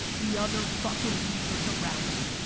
the other fucking losers around you.